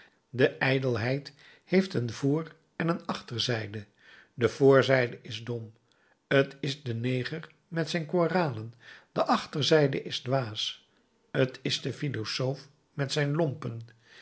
de ijdelheid heeft een voor en een achterzijde de voorzijde is dom t is de neger met zijn koralen de achterzijde is dwaas t is de filozoof met zijn lompen